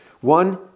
One